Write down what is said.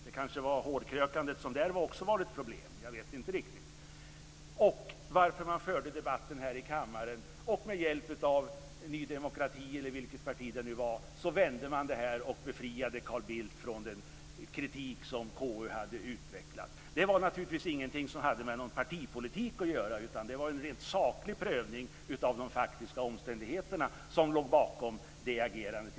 Det kanske var hårkrökandet som också där var ett problem, jag vet inte riktigt, och man förde debatten här i kammaren, och med hjälp av Ny demokrati eller vilket parti det nu var, så vände man detta och befriade Carl Bildt från den kritik som KU hade utvecklat. Detta hade naturligtvis ingenting med partipolitik att göra, utan det var en rent saklig prövning av de faktiska omständigheterna som låg bakom det agerandet.